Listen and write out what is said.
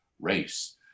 race